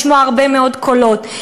לשמוע הרבה מאוד קולות.